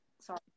sorry